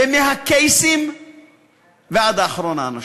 ומהקייסים ועד אחרון האנשים.